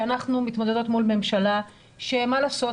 שאנחנו מתמודדות מול ממשלה שמה לעשות,